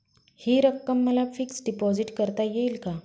हि रक्कम मला फिक्स डिपॉझिट करता येईल का?